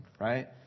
Right